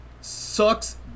Sucks